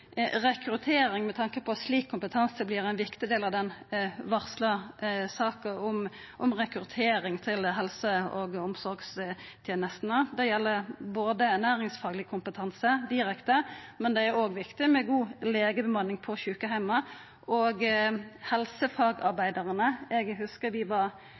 rekruttering med tanke på slik kompetanse vert ein viktig del av den varsla saka om rekruttering til helse- og omsorgstenestene. Det gjeld ernæringsfagleg kompetanse direkte, men det er òg viktig med god legebemanning på sjukeheimar. Når det gjeld helsefagarbeidarar, hugsar eg at vi med den førre komiteen var